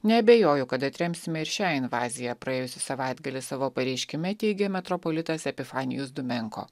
neabejoju kad atremsime ir šią invaziją praėjusį savaitgalį savo pareiškime teigė metropolitas epifanijus dumenko